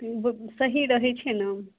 सही रहै छै ने